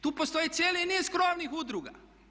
Tu postoji cijeli niz krovnih udruga.